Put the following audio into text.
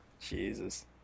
Jesus